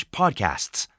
podcasts